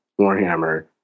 Warhammer